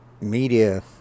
media